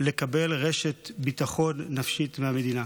לקבל רשת ביטחון נפשית מהמדינה.